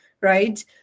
right